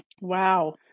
Wow